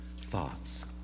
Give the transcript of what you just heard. thoughts